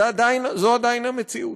זו עדיין המציאות.